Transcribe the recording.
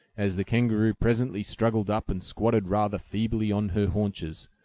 as the kangaroo presently struggled up and squatted rather feebly on her haunches,